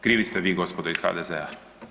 Krivi ste vi gospodo iz HDZ-a.